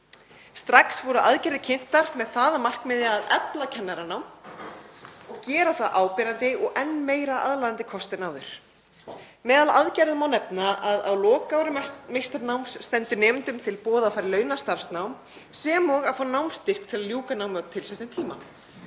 Strax voru aðgerðir kynntar með það að markmiði að efla kennaranám og gera það áberandi og enn meira aðlaðandi kost en áður. Meðal aðgerða má nefna að á lokaári meistaranáms stendur nemendum til boða að fara í launað starfsnám sem og að fá námsstyrk til að ljúka námi á tilsettum tíma.